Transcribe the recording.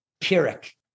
pyrrhic